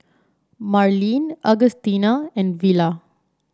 Marlyn Augustina and Villa